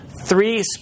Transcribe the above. three